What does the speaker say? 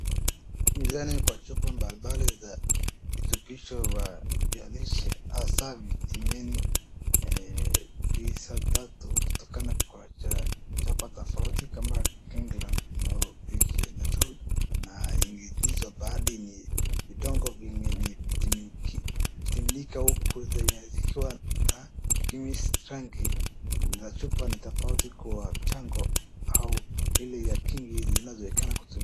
Mizani kwa chupa mbalimbali za virutubisho vya lishe hasaa vitamini D tatu kutoka kwa chapa tofauti kama England na hizo baadhi ni vidonge vimemiminika huku zenye zikiwa na rangi za chupa ni tofauti kwa chango au ile ya kinga.